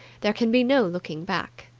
there can be no looking back.